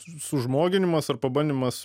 sužmoginimas ir pabandymas